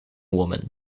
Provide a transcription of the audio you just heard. woman